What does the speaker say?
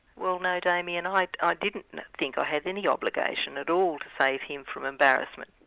well no, damien, i didn't think i had any obligation at all to save him from embarrassment.